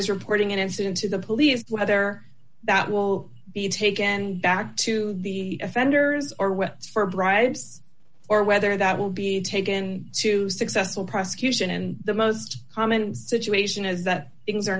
is reporting an incident to the police whether that will be taken and back to the offenders or weapons for bribes or whether that will be taken to successful prosecution and the most common situation is that things are